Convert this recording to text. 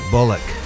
Bullock